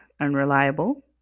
unreliable